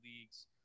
leagues